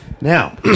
Now